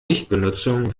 nichtbenutzung